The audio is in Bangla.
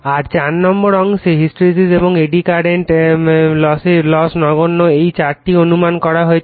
আর 4 নম্বর অংশে হিস্টেরেসিস এবং AD কারেন্টের লস নগণ্য এই 4 টি অনুমান করা হয়েছে